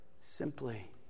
Simply